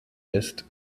ist